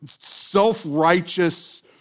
self-righteous